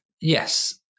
Yes